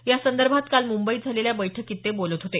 या संदर्भात काल मुंबईत झालेल्या बैठकीत ते बोलत होते